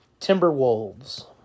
Timberwolves